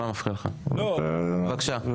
הצבעה לא אושר.